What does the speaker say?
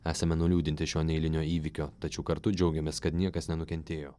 esame nuliūdinti šio neeilinio įvykio tačiau kartu džiaugiamės kad niekas nenukentėjo